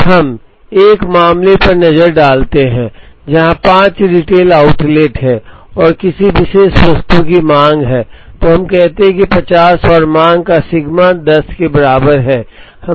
अब हम एक मामले पर नजर डालते हैं जहां पांच रिटेल आउटलेट हैं और किसी विशेष वस्तु की मांग है तो हम कहते हैं कि 50 और मांग का सिग्मा 10 के बराबर है